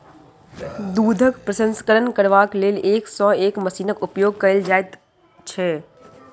दूधक प्रसंस्करण करबाक लेल एक सॅ एक मशीनक उपयोग कयल जाइत छै